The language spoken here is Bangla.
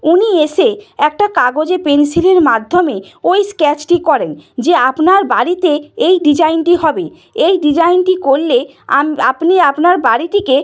উনি এসে একটা কাগজে পেনসিলের মাধ্যমে ওই স্কেচটি করেন যে আপনার বাড়িতে এই ডিজাইনটি হবে এই ডিজাইনটি করলে আপনি আপনার বাড়িটিকে